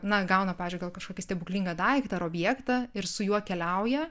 na gauna pavyzdžiui gal kažkokį stebuklingą daiktą ar objektą ir su juo keliauja